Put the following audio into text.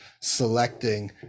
selecting